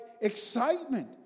excitement